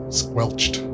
squelched